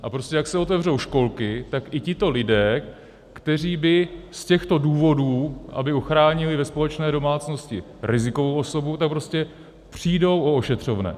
A prostě jak se otevřou školky, tak i tito lidé, kteří by z těchto důvodů, aby ochránili ve společné domácnosti rizikovou osobu, tak prostě přijdou o ošetřovné.